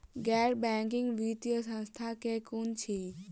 गैर बैंकिंग वित्तीय संस्था केँ कुन अछि?